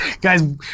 Guy's